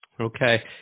okay